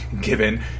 given